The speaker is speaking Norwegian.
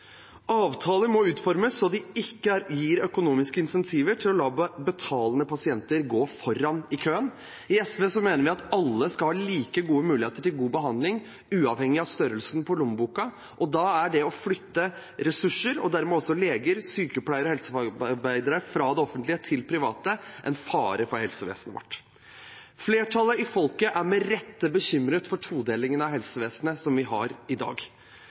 Avtaler må utformes så det ikke gir økonomiske incentiver til at betalende pasienter går foran i køen. I SV mener vi at alle skal ha like gode muligheter til god behandling uavhengig av størrelsen på lommeboka. Da er det å flytte ressurser, og dermed også leger, sykepleiere og helsefagarbeidere fra det offentlige til private, en fare for helsevesenet vårt. Flertallet i folket er med rette bekymret for todelingen av helsevesenet som vi har i dag.